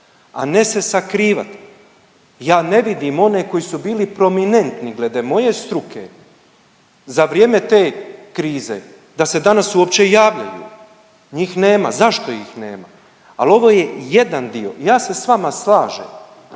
a ne se sakrivati. Ja ne vidim one koji su bili prominentni glede moje struke za vrijeme te krize da se danas uopće javljaju. Njih nema. Zašto ih nema? Ali ovo je jedan dio. Ja se sa vama slažem.